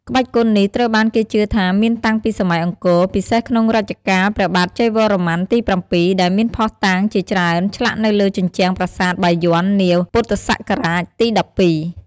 ក្បាច់គុននេះត្រូវបានគេជឿថាមានតាំងពីសម័យអង្គរ ពិសេសក្នុងរជ្ជកាលព្រះបាទជ័យវរ្ម័នទី៧ ដែលមានភស្តុតាងជាច្រើនឆ្លាក់នៅលើជញ្ជាំងប្រាសាទបាយ័ននាពុទ្ធសករាជទី១២។